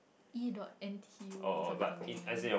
E dot N_T_U something something